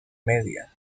media